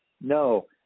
No